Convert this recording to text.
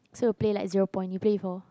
so you play like zero point you play before